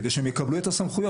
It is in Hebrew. כדי שהם יקבלו את הסמכויות,